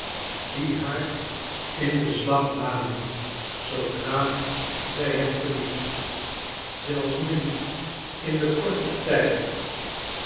die haar in beslag namen zoodra zij het verliet zelfs nu in den korten tijd